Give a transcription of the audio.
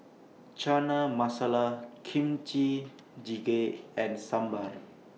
Chana Masala Kimchi Jjigae and Sambar